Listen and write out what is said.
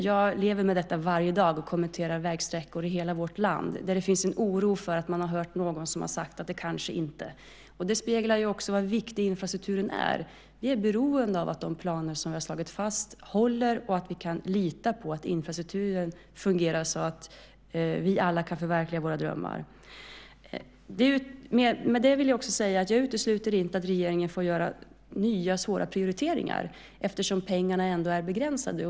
Jag lever med detta varje dag och kommenterar vägsträckor i hela vårt land där det finns en oro för att man har hört någon som har sagt att det kanske inte blir aktuellt. Det speglar ju också hur viktig infrastrukturen är. Vi är beroende av att de planer som har slagits fast håller och att vi kan lita på att infrastrukturen fungerar så att vi alla kan förverkliga våra drömmar. Med det vill jag också säga att jag inte utesluter att regeringen får göra nya svåra prioriteringar, eftersom pengarna ändå är begränsade.